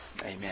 amen